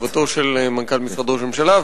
קיבלתי את תשובתו של מנכ"ל משרד ראש הממשלה,